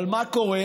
אבל מה קורה?